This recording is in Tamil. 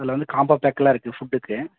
அதில் வந்து காம்போ பேக்லாம் இருக்குது ஃபுட்டுக்கு